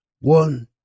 One